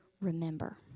remember